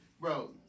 Bro